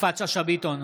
יפעת שאשא ביטון,